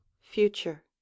future